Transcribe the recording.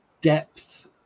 depth